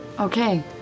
Okay